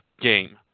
game